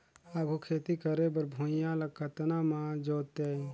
आघु खेती करे बर भुइयां ल कतना म जोतेयं?